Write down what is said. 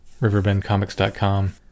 riverbendcomics.com